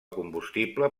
combustible